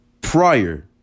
prior